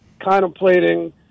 contemplating